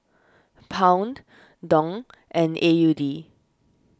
Pound Dong and A U D